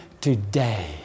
Today